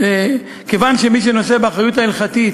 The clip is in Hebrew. כיוון שמי שנושא באחריות ההלכתית